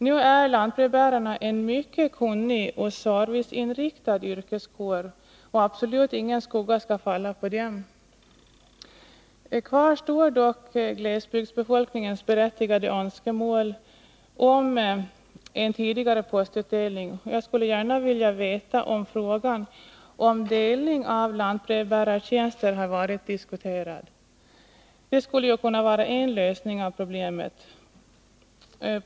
Nu är lantbrevbärarna en mycket kunnig och serviceinriktad yrkeskår, och det skall absolut inte falla någon skugga över dem. Kvar står dock glesbygdsbefolkningens berättigade önskemål om en tidigare postutdelning, och jag skulle gärna vilja veta om frågan om delning av lantbrevbärartjänster har varit diskuterad. Det skulle kunna vara en lösning på problemet.